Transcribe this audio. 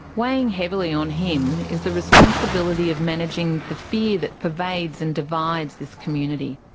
weighing heavily on him is the responsibility of managing the fear that pervades and divides this community.